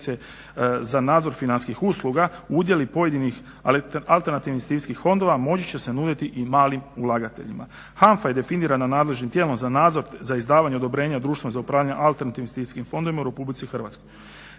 za nadzor financijskih usluga u udjeli pojedinih alternativnih investicijskih fondova moći će se nuditi i malim ulagateljima. HANFA je definirana nadležnim tijelima za nadzor za izdavanje odobrenja društva za upravljanje alternativnim investicijskim fondovima u RH. Cilj donošenja